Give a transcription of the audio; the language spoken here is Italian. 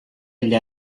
agli